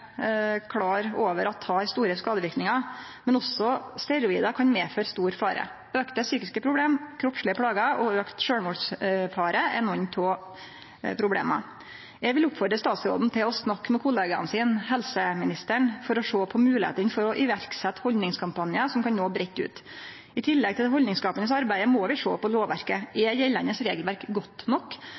over at tyngre narkotiske stoff har store skadeverknader, men også steroid kan medføre stor fare. Auka psykiske problem, kroppslege plagar og auka sjølvmordsfare er nokre av problema. Eg vil oppmode statsråden til å snakke med kollegaen sin, helse- og omsorgsministeren, for å sjå på moglegheita for å setje i verk haldningskampanjar som kan nå breitt ut. I tillegg til det haldningsskapande arbeidet må vi sjå på lovverket: Er det gjeldande regelverket godt nok?